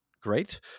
great